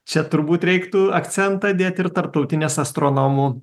čia turbūt reiktų akcentą dėt ir tarptautinės astronomų